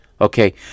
Okay